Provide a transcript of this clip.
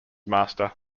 master